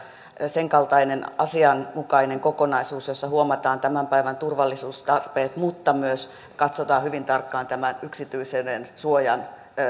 sen kaltainen asianmukainen kokonaisuus jossa huomataan tämän päivän turvallisuustarpeet mutta myös katsotaan hyvin tarkkaan yksityisyydensuojan